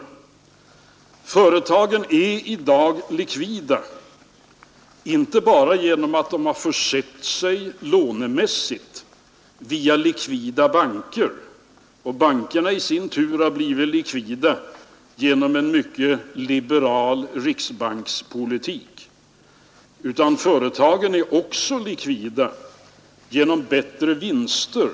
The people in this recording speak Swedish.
t Företagen är i dag likvida, inte bara genom att de försett sig lånemässigt via likvida banker och bankerna i sin tur har blivit likvida genom en mycket liberal riksbankspolitik, utan företagen är också likvida genom bättre vinster.